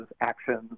actions